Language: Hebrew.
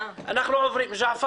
ג'עפר